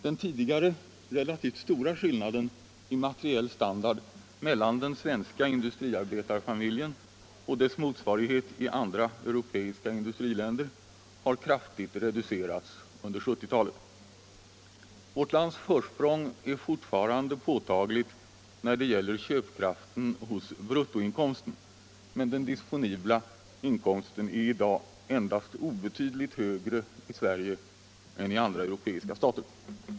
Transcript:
Den tidigare relativt stora skillnaden i materiell standard mellan den svenska industriarbetarfamiljen och dess motsvarighet i andra europeiska industriländer har kraftigt reducerats under 1970-talet. Vårt lands försprång är fortfarande påtagligt när det gäller köpkraften hos bruttoinkomsten, men den disponibla inkomsten är i dag endast obetydligt högre i Sverige än i andra europeiska stater.